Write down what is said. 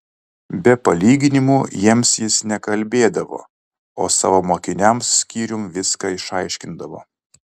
be palyginimų jiems jis nekalbėdavo o savo mokiniams skyrium viską išaiškindavo